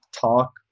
talk